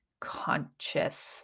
conscious